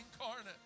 incarnate